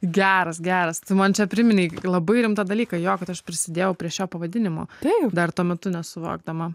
geras geras tu man čia priminei labai rimtą dalyką jo kad aš prisidėjau prie šio pavadinimo taip dar tuo metu nesuvokdama